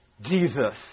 Jesus